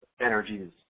energies